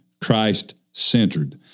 Christ-centered